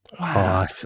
wow